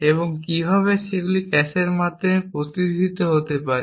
এবং কীভাবে সেগুলি ক্যাশের মাধ্যমে প্রতিষ্ঠিত হতে পারে